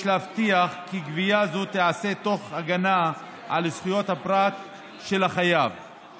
יש להבטיח כי גבייה זו תיעשה תוך הגנה על זכויות הפרט של החייב.